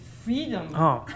Freedom